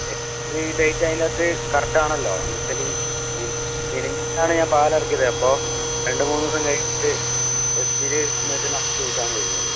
expiry date അതിൻറ്റകത്ത് കറക്റ്റാണല്ലോ എന്ന് വെച്ചാൽ ഈ മിനിഞ്ഞാന്നാണ് ഞാൻ പാല് ഇറക്കിയത് അപ്പോൾ രണ്ട് മൂന്ന് ദിവസം കഴിഞ്ഞിട്ട് എക്സ്പെരീ ഡേറ്റെന്ന് വച്ചാൽ നാല് ദിവസമാണ് വരുന്നത്